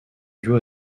duo